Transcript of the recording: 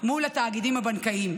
מול התאגידים הבנקאיים.